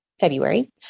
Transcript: February